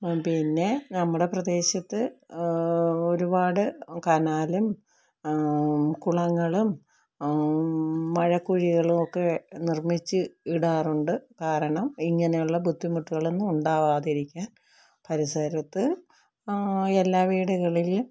പിന്നെ നമ്മുടെ പ്രദേശത്ത് ഒരുപാട് കനാലും കുളങ്ങളും മഴക്കുഴികളും ഒക്കെ നിർമ്മിച്ച് ഇടാറുണ്ട് കാരണം ഇങ്ങനെയുള്ള ബുദ്ധിമുട്ടുകളൊന്നും ഉണ്ടാകാതിരിക്കാൻ പരിസരത്ത് എല്ലാ വീടുകളിലെയും